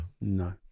No